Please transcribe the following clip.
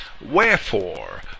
Wherefore